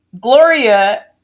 Gloria